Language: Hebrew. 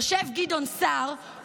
יושב גדעון סער,